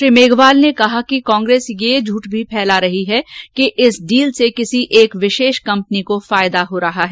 श्री मेघवाल ने कहा कि कांग्रेस यह झूठ भी फैला रही है कि इस डील से किसी एक विशेष कंपनी को फायदा हो रहा है